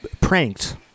pranked